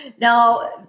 Now